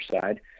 side